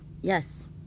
Yes